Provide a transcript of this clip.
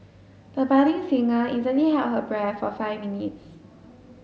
the budding singer easily held her breath for five minutes